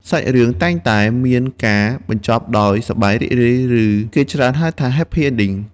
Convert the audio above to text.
សាច់រឿង តែងតែមានការបញ្ចប់ដោយសប្បាយរីករាយ ឬគេច្រើនហៅថា Happy Ending។